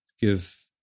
give